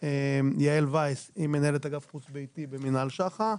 יעל וייס היא מנהלת אגף חוץ ביתי במינהל שח"א.